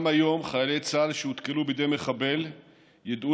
גם היום חיילי צה"ל שהותקלו בידי מחבל ידעו